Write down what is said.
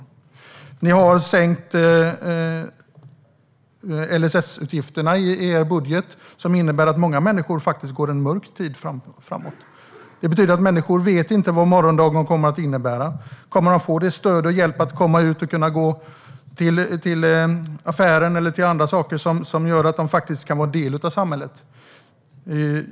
Regeringen har sänkt LSS-utgifterna i sin budget, vilket innebär att många människor går en mörk framtid till mötes. Människor vet inte vad morgondagen kommer att innebära och om de kommer att få det stöd och den hjälp att komma ut och kunna gå till affären eller annat som gör att de kan vara en del av samhället.